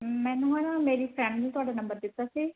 ਮੈਨੂੰ ਮੇਰੀ ਫਰੈਂਡ ਨੇ ਤੁਹਾਡਾ ਨੰਬਰ ਦਿੱਤਾ ਸੀ